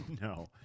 No